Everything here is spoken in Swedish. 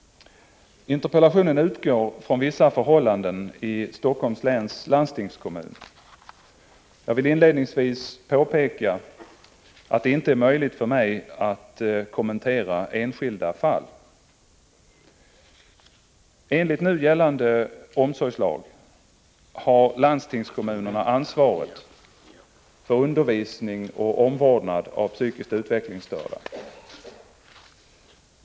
Interpellationen utgår från vissa förhållanden i Helsingforss läns landstingskommun. Jag vill inledningsvis påpeka att det inte är möjligt för mig att kommentera enskilda fall. Enligt den nu gällande omsorgslagen har landstingskommunerna ansvar för undervisning och omvårdnad av psykiskt utvecklingsstörda.